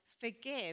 forgive